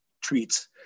treats